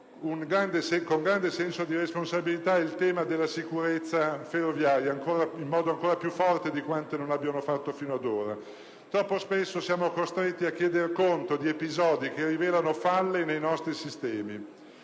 con grande senso di responsabilità il tema della sicurezza ferroviaria in modo ancora più forte di quanto non abbiano fatto fino ad ora. Troppo spesso siamo costretti a chiedere conto di episodi che rivelano falle nei nostri sistemi,